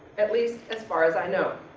at least as far as i know.